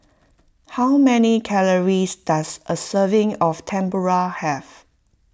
how many calories does a serving of Tempura have